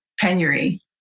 penury